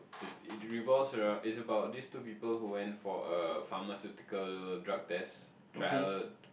it's it reverse lah it's about this two people who went for a pharmaceutical drug test trial